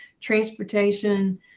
transportation